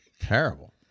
Terrible